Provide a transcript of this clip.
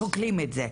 שוקלים את זה,